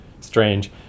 strange